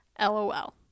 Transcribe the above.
LOL